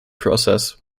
process